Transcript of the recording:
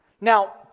Now